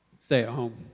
Stay-at-home